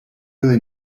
really